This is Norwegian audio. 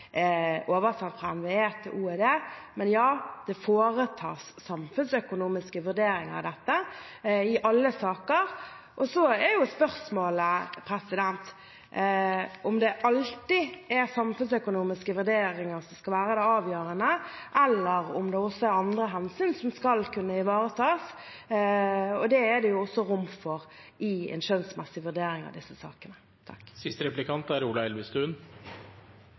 til Olje- og energidepartementet. Men ja, det foretas samfunnsøkonomiske vurderinger av dette i alle saker. Så er spørsmålet om det alltid er samfunnsøkonomiske vurderinger som skal være det avgjørende, eller om det også er andre hensyn som skal kunne ivaretas. Det er det også rom for i en skjønnsmessig vurdering av disse sakene. Det siste er